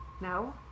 No